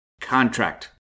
contract